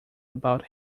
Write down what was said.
about